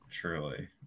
Truly